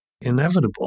inevitable